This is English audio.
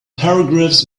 paragraphs